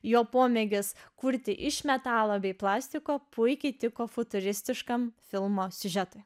jo pomėgis kurti iš metalo bei plastiko puikiai tiko futuristiškam filmo siužetui